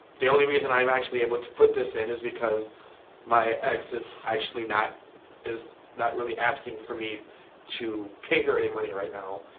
the only reason i'm actually able to put this in is because my ex is actually not is actually not really asking for me to pay her any money right now,